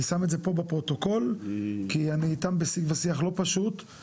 אני שם את זה בפרוטוקול כי אני איתם בשיח לא פשוט,